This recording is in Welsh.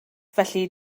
felly